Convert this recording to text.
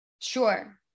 Sure